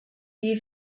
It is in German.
wie